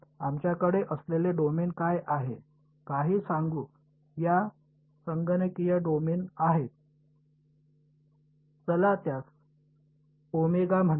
आमच्याकडे असलेले डोमेन काय आहे काही सांगू या संगणकीय डोमेन आहेत चला त्यास म्हणूया